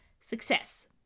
success